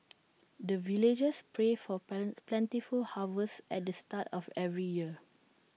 the villagers pray for plan plentiful harvest at the start of every year